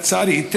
לצערי,